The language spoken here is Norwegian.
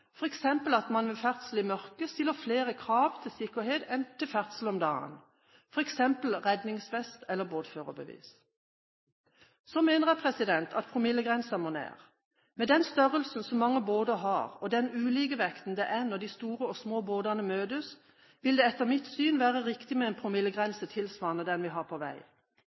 at man ved ferdsel i mørke stiller flere krav til sikkerhet enn ved ferdsel om dagen, som redningsvest eller båtførerbevis. Så mener jeg at promillegrensen må ned. Med den størrelsen som mange båter har, og den ulikevekten det er når de store og små båtene møtes, vil det etter mitt syn være riktig med en promillegrense tilsvarende den vi har på vei.